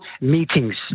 meetings